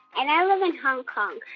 and i live in hong kong.